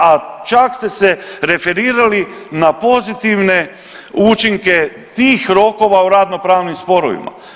A čak ste se referirali na pozitivne učinke tih rokova u radnopravnim sporovima.